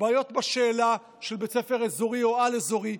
בעיות בשאלה של בית ספר אזורי או על-אזורי.